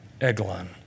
Eglon